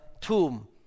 tomb